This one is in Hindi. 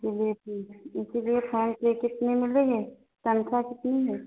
चलिए ठीक है इसीलिए फ़ोन किए कितने मिलेंगे तनख्वाह कितनी है